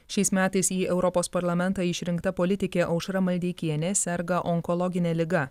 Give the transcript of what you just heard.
šiais metais į europos parlamentą išrinkta politikė aušra maldeikienė serga onkologine liga